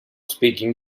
speaking